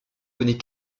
connaît